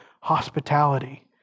hospitality